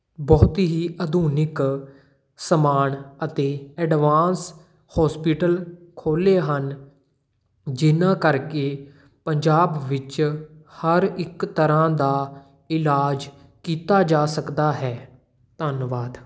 ਬਹੁਤ ਹੀ ਆਧੁਨਿਕ ਸਮਾਨ ਅਤੇ ਐਡਵਾਂਸ ਹੋਸਪਿਟਲ ਖੋਲ੍ਹੇ ਹਨ ਜਿਨ੍ਹਾਂ ਕਰਕੇ ਪੰਜਾਬ ਵਿੱਚ ਹਰ ਇੱਕ ਤਰ੍ਹਾਂ ਦਾ ਇਲਾਜ ਕੀਤਾ ਜਾ ਸਕਦਾ ਹੈ ਧੰਨਵਾਦ